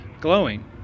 glowing